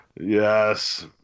Yes